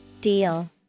Deal